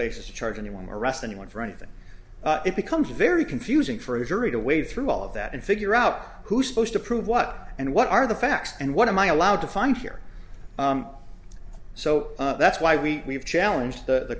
basis to charge anyone arrest anyone for anything it becomes very confusing for a jury to wade through all of that and figure out who's supposed to prove what and what are the facts and what am i allowed to find here so that's why we challenge the